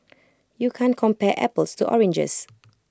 you can't compare apples to oranges